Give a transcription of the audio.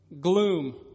gloom